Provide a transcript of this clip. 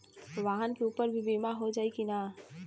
वाहन के ऊपर भी बीमा हो जाई की ना?